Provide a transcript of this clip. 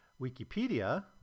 Wikipedia